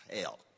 hell